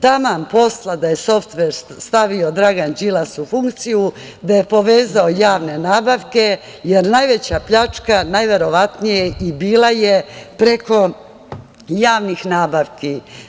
Taman posla da je softver stavio Dragan Đilas u funkciju, da je povezao javne nabavke, jer najveća pljačka najverovatnije i bila je preko javnih nabavki.